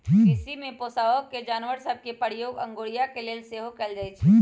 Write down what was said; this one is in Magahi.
कृषि में पोशौआका जानवर सभ के प्रयोग अगोरिया के लेल सेहो कएल जाइ छइ